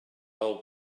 old